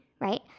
right